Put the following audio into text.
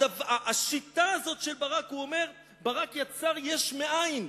על השיטה הזאת של ברק הוא אומר: ברק יצר יש מאין,